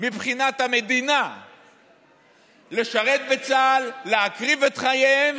מבחינת המדינה לשרת בצה"ל, להקריב את חייהם.